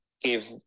give